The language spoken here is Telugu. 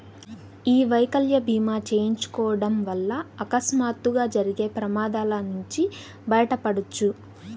యీ వైకల్య భీమా చేయించుకోడం వల్ల అకస్మాత్తుగా జరిగే ప్రమాదాల నుంచి బయటపడొచ్చు